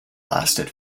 lasted